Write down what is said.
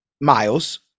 Miles